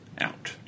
out